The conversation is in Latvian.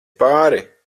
pāri